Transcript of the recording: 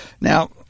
Now